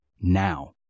now